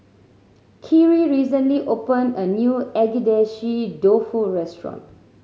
Khiry recently opened a new Agedashi Dofu restaurant